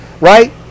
right